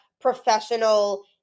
professional